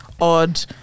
odd